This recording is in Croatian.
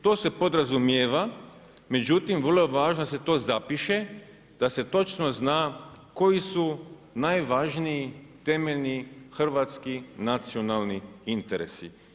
To se podrazumijeva međutim vrlo važno je da se to zapiše, da se točno zna koji su najvažniji temeljni hrvatski nacionalni interesi.